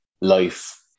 life